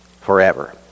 forever